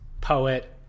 poet